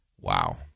Wow